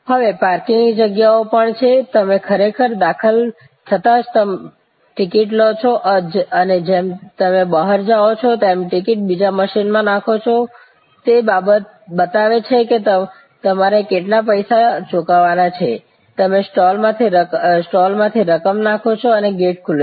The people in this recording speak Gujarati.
હવે પાર્કિંગની જગ્યાઓ પણ છે તમે ખરેખર દાખલ થતાં જ તમે ટિકિટ લો છો અને જેમ તમે બહાર જાઓ છો તમે ટિકિટ બીજા મશીનમાં નાખો છો તે બતાવે છે કે તમારે કેટલા પૈસા ચૂકવવાના છે તમે સ્લોટમાંથી રકમ નાખો છો અને ગેટ ખુલે છે